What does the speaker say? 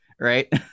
right